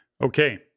Okay